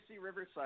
Riverside